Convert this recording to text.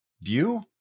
view